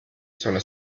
sono